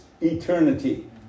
eternity